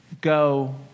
go